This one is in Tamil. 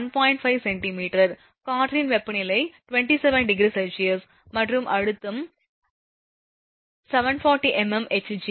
5 cm காற்றின் வெப்பநிலை 27 °C மற்றும் அழுத்தம் 740 mm எச்ஜி